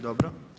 Dobro.